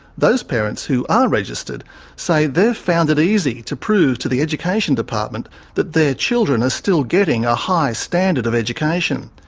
those parents who are registered say they've found it easy to prove to the education department that their children are still getting a high standard of education.